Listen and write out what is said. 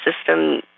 system